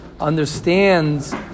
understands